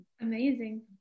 Amazing